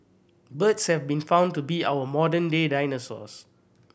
birds have been found to be our modern day dinosaurs